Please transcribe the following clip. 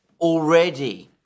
already